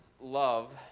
love